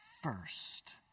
first